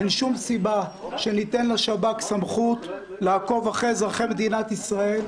אין שום סיבה שניתן לשב"כ סמכות לעקוב אחרי אזרחי מדינת ישראל.